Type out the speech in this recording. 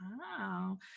Wow